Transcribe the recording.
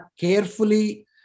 carefully